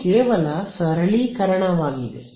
ಇದು ಕೇವಲ ಸರಳೀಕರಣವಾಗಿದೆ